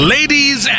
Ladies